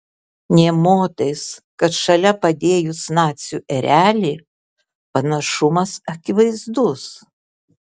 nė motais kad šalia padėjus nacių erelį panašumas akivaizdus